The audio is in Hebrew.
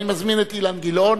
אני מזמין את אילן גילאון